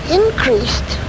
increased